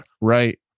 Right